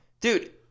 dude